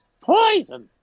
Poison